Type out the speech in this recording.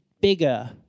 bigger